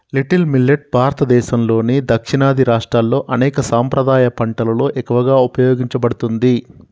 little millet భారతదేసంలోని దక్షిణాది రాష్ట్రాల్లో అనేక సాంప్రదాయ పంటలలో ఎక్కువగా ఉపయోగించబడుతుంది